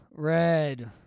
Red